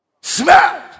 Smell